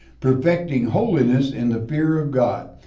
perfecting holiness in the fear of god.